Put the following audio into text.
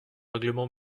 règlement